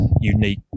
unique